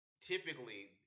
typically